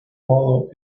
modo